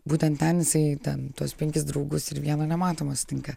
būtent ten jisai ten tuos penkis draugus ir vieną nematomą sutinka